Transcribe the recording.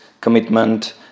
commitment